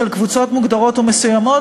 של קבוצות מוגדרות או מסוימות,